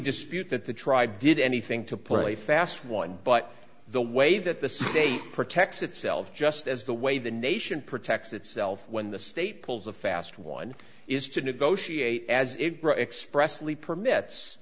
dispute that the tribe did anything to play fast one but the way that the say protects itself just as the way the nation protects itself when the state pulls a fast one is to negotiate as expressly permits